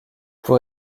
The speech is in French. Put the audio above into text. pour